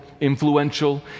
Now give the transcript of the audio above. influential